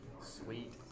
Sweet